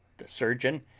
the surgeon,